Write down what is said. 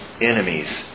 enemies